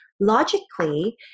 logically